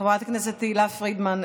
חברת הכנסת תהלה פרידמן,